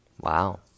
Wow